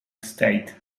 state